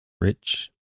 Rich